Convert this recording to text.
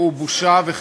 הוא בושה וחרפה.